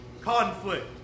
conflict